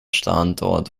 standort